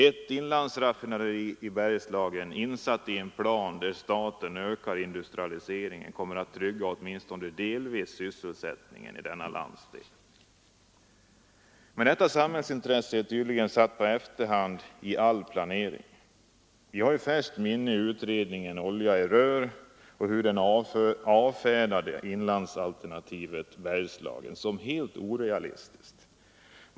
Ett inlandsraffinaderi i Bergslagen insatt i en plan där staten ökar industrialiseringen kommer att åtminstone delvis trygga sysselsättningen i denna landsdel. Men detta samhällsintresse är tydligen satt på efterhand i all planering. Vi har i färskt minne hur rörtransportutredningen i delbetänkandet Olja i rör avfärdade inlandsalternativet Bergslagen som helt orealistiskt.